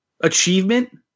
achievement